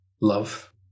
love